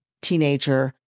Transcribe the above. teenager